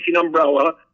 umbrella